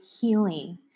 healing